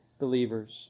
believers